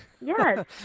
yes